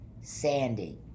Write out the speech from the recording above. Sandy